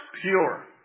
pure